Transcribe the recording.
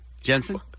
Jensen